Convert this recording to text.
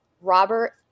Robert